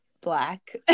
black